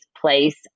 place